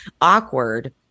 awkward